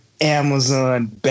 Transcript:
Amazon